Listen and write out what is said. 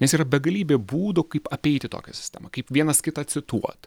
nes yra begalybė būdų kaip apeiti tokią sistemą kaip vienas kitą cituot